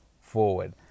forward